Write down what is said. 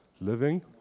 Living